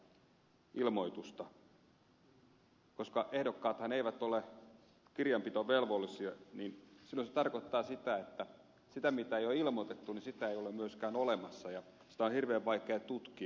koska ehdokkaathan eivät ole kirjanpitovelvollisia niin silloin se tarkoittaa sitä että sitä mitä ei ole ilmoitettu ei ole myöskään olemassa ja sitä on hirveän vaikea tutkia